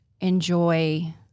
enjoy